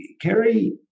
Kerry